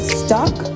stuck